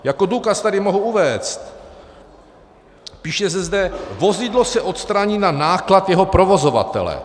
Jako důkaz tady mohu uvést, píše se zde: vozidlo se odstraní na náklad jeho provozovatele.